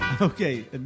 Okay